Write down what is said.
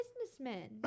businessmen